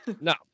no